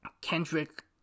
Kendrick